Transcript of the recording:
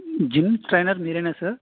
gym trainer మీరేనా sir